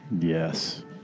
Yes